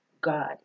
God